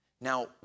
Now